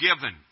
given